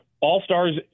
all-stars